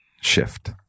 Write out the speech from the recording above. shift